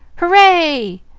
hooray!